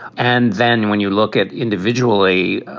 and then when you look at individually,